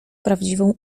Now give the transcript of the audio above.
prawdziwą